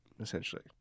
essentially